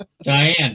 diane